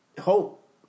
hope